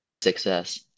6S